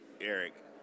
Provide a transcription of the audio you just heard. Eric